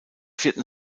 vierten